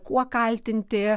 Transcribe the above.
kuo kaltinti